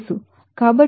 కాబట్టి ఇది 309